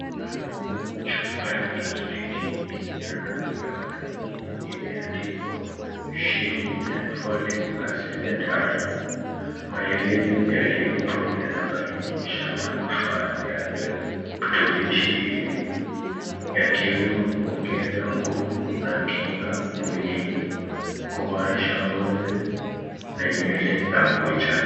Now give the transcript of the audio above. Chupa ya plastiki yenye rangi ya waridi imeandikwa Sheneed folic acid and iron. Maelezo yaliopo yanabainisha manufaa ya virutubishi hivi yakiwemo kuongeza nguvu na kinga mwilini, kuboresha ngozi na nywele na kucha.